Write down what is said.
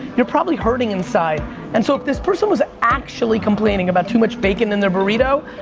you're probably hurting inside and so if this person was actually complaining about too much bacon in their burrito,